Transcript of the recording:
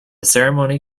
ceremony